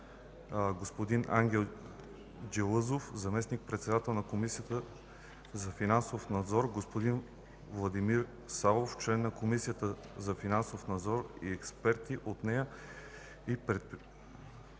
господин Ангел Джалъзов – заместник-председател на Комисията за финансов надзор, господин Владимир Савов – член па Комисията за финансов надзор и експерти от нея и представители